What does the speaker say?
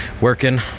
working